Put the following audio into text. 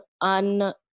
un